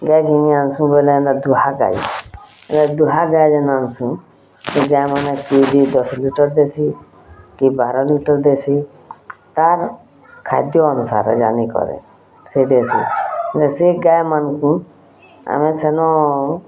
ଗାଏ ଘିନି ଆନ୍ସୁଁ ବେଲେ ଏନ୍ତା ଦୁହାଁ ଗାଈ ଦୁହାଁ ଗାଈ ଯେନ୍ ଆନ୍ସୁଁ ସେ ଗାଏମାନେ କିଏ ଦଶ୍ ଲିଟର୍ ଦେସି କିଏ ବାର ଲିଟର୍ ଦେସି ତାର୍ ଖାଦ୍ୟ ଅନୁସାରେ ଜାନିକରି ସେ ଦେସି ସେ ଗାଏମାନ୍କୁ ଆମେ ସେନ